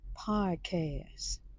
podcast